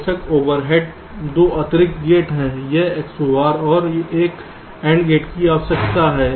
बेशक ओवरहेड 2 अतिरिक्त गेट हैं एक XOR और एक AND गेट की आवश्यकता है